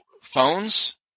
phones